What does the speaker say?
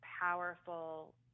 powerful